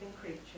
creatures